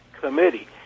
committee